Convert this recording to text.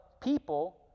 people